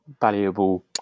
valuable